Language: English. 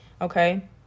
Okay